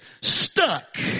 stuck